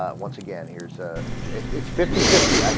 ah once again here's a jesuits fifty-fifty like